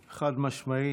חד-משמעית.